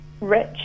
rich